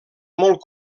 molt